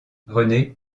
renée